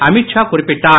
அமித்ஷா குறிப்பிட்டார்